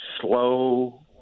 slow